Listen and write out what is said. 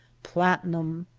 platinum,